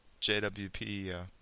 JWP